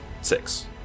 six